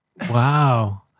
Wow